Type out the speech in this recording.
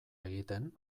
egiten